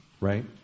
right